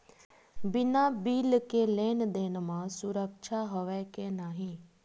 बिना बिल के लेन देन म सुरक्षा हवय के नहीं?